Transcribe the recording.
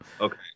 Okay